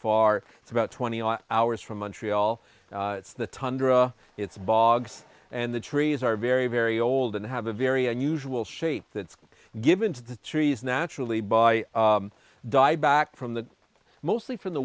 far it's about twenty hours from montreal it's the tundra it's bogs and the trees are very very old and have a very unusual shape that's given to the trees naturally by die back from the mostly from the